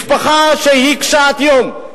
משפחה שהיא קשת-יום,